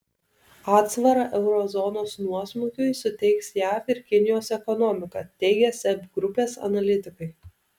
atsvarą euro zonos nuosmukiui suteiks jav ir kinijos ekonomika teigia seb grupės analitikai